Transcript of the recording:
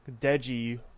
Deji